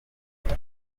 vuba